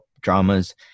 dramas